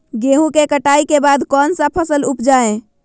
गेंहू के कटाई के बाद कौन सा फसल उप जाए?